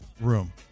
room